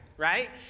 right